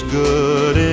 good